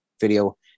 video